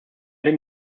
denn